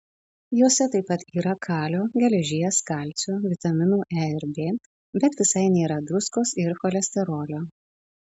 jose taip pat yra kalio geležies kalcio vitaminų e ir b bet visai nėra druskos ir cholesterolio